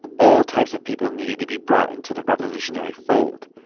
all types of people needed to be brought into the revolutionary fold,